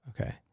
Okay